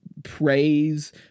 Praise